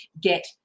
get